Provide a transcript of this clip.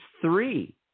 three